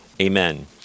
Amen